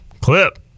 clip